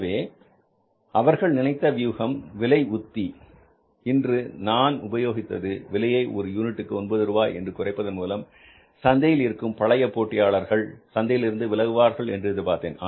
எனவே அவர்கள் நினைத்த வியூகம் விலை உத்தி இன்று நான் உபயோகித்தது விலையை ஒரு யூனிட்டுக்கு ஒன்பது ரூபாய் என்று குறைப்பதன் மூலம் சந்தையில் இருக்கும் பழைய போட்டியாளர்கள் சந்தையிலிருந்து விலகுவார்கள் என்று எதிர்பார்த்தேன்